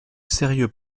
sérieux